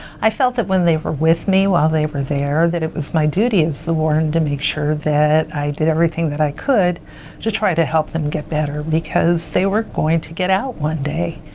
i felt that when they were with me while they were there that it was my duty as the warden to make sure that i did everything that i could to try to help them get better because they were going to get out one day.